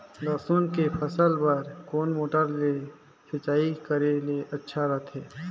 लसुन के फसल बार कोन मोटर ले सिंचाई करे ले अच्छा रथे?